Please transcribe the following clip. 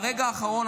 ברגע האחרון,